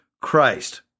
Christ